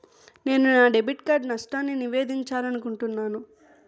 నేను నా debit card నష్టాన్ని నివేదించాలనుకుంటున్నాను